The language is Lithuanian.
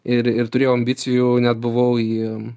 ir ir turėjau ambicijų net buvau į